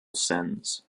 sense